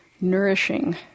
nourishing